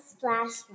Splash